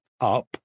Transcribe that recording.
up